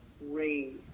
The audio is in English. raise